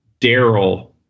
Daryl